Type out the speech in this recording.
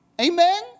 Amen